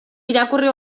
irakurri